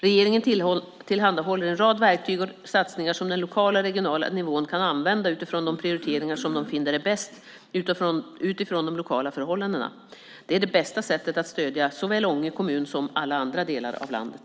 Regeringen tillhandahåller en rad verktyg och satsningar, som den lokala och regionala nivån kan använda utifrån de prioriteringar som de finner är bäst utifrån de lokala förhållandena. Det är det bästa sättet att stödja såväl Ånge kommun som alla andra delar av landet.